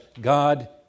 God